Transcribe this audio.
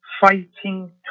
fighting